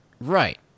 right